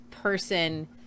person